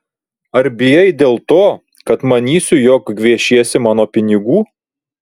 ar bijai dėl to kad manysiu jog gviešiesi mano pinigų